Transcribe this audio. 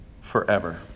forever